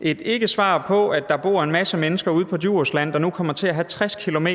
et ikkesvar på, at der bor en masse mennesker ude på Djursland, der nu kommer til at have 60 km